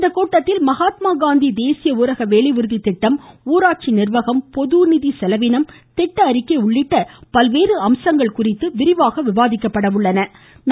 இக்கூட்டத்தில் மகாத்மா காந்தி தேசிய ஊரக வேலை உறுதி திட்டம் ஊராட்சி நிர்வாகம் பொது நிதி செலவினம் திட்ட அறிக்கை உள்ளிட்ட பல்வேறு விஷயங்கள் குறித்து விவாதிக்கப்பட உள்ளன